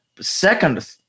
second